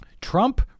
Trump